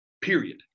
Period